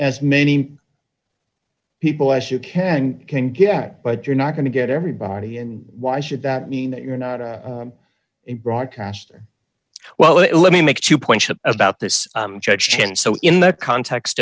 as many people as you can can get but you're not going to get everybody and why should that mean that you're not a broadcaster well it let me make two points about this action so in the context